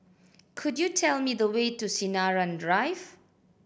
could you tell me the way to Sinaran Drive